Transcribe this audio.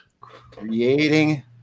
Creating